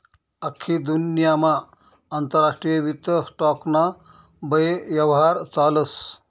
आख्खी दुन्यामा आंतरराष्ट्रीय वित्त स्टॉक ना बये यव्हार चालस